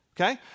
Okay